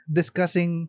discussing